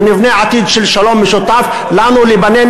ונבנה עתיד של שלום משותף לנו ולבנינו,